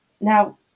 Now